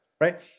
right